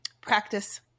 practice